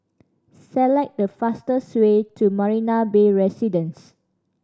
select the fastest way to Marina Bay Residence